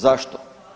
Zašto?